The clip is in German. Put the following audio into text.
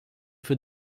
für